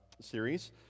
series